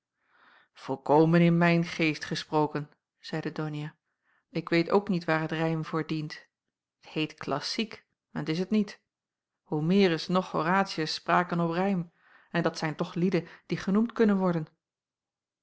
volkomen in mijn geest gesproken zeide donia ik weet ook niet waar het rijm voor dient t heet klassiek en t is het niet homerus noch horatius spraken op rijm en dat zijn toch lieden die genoemd kunnen worden